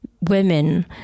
women